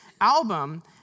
album